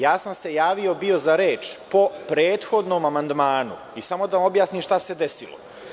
Javio sam se bio za reč po prethodnom amandmanu i samo da vam objasnim šta se desilo.